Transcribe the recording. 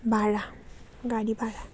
भाडा गाडी भाडा